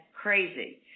crazy